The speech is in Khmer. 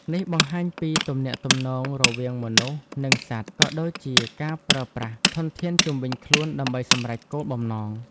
នេះបង្ហាញពីទំនាក់ទំនងរវាងមនុស្សនិងសត្វ ក៏ដូចជាការប្រើប្រាស់ធនធានជុំវិញខ្លួនដើម្បីសម្រេចគោលបំណង។